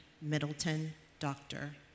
Middleton-Doctor